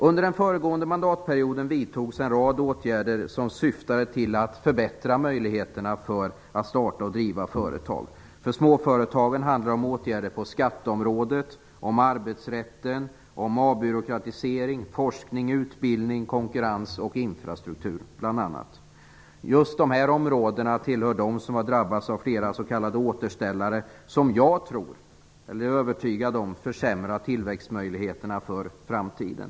Under den föregående mandatperioden vidtogs en rad åtgärder i syfte att förbättra möjligheterna att starta och att driva företag. För småföretagen handlar det bl.a. om åtgärder på skatteområdet samt om arbetsrätten, avbyråkratisering, forskning, utbildning, konkurrens och infrastruktur. Just dessa områden tillhör dem som har drabbats av flera s.k. återställare, som jag är övertygad om försämrar tillväxtmöjligheterna för framtiden.